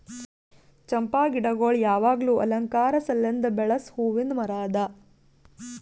ಚಂಪಾ ಗಿಡಗೊಳ್ ಯಾವಾಗ್ಲೂ ಅಲಂಕಾರ ಸಲೆಂದ್ ಬೆಳಸ್ ಹೂವಿಂದ್ ಮರ ಅದಾ